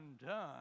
undone